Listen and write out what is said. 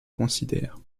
considère